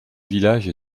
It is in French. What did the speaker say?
village